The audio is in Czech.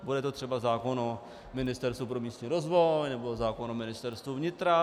Bude to třeba zákon o Ministerstvu pro místní rozvoj nebo zákon o Ministerstvu vnitra.